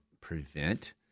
prevent